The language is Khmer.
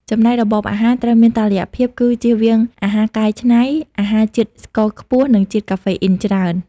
ចំណែក របបអាហារត្រូវមានតុល្យភាព គឺជៀសវាងអាហារកែច្នៃ អាហារជាតិស្ករខ្ពស់ និងជាតិកាហ្វេអ៊ីនច្រើន។